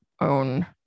own